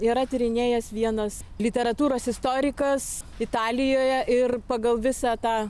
yra tyrinėjęs vienas literatūros istorikas italijoje ir pagal visą tą